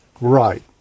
Right